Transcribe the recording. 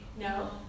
No